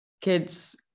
kids